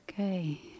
Okay